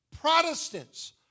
Protestants